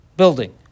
building